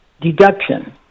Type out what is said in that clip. deduction